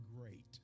great